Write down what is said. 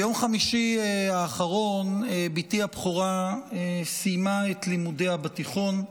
ביום חמישי האחרון בתי הבכורה סיימה את לימודיה בתיכון,